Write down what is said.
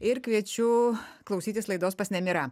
ir kviečiu klausytis laidos pas nemirą